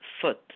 foot